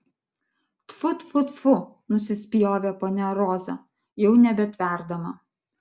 tfiu tfiu tfiu nusispjovė ponia roza jau nebetverdama